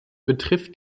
betrifft